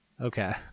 Okay